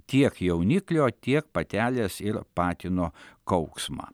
tiek jauniklio tiek patelės ir patino kauksmą